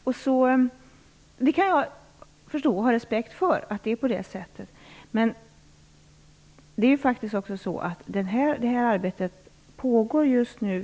Jag kan förstå och ha respekt för att det är på det sättet, men här är faktiskt ett arbete som pågår.